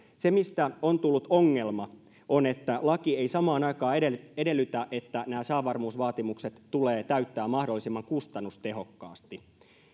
se mistä on tullut ongelma on että laki ei samaan aikaan edellytä edellytä että nämä säävarmuusvaatimukset tulee täyttää mahdollisimman kustannustehokkaasti